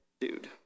dude